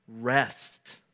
rest